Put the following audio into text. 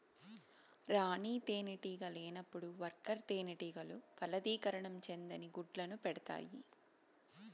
రాణి తేనెటీగ లేనప్పుడు వర్కర్ తేనెటీగలు ఫలదీకరణం చెందని గుడ్లను పెడుతాయి